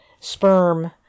sperm